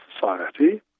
Society